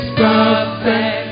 perfect